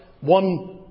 one